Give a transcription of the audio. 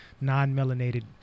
non-melanated